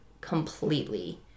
completely